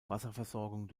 wasserversorgung